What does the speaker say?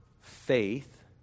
faith